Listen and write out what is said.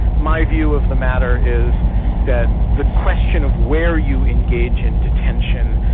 my view of the matter is that the question of where you engage in detention,